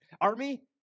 Army